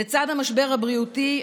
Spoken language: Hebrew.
לצד המשבר הבריאותי,